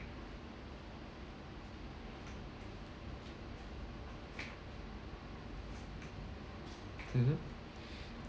mmhmm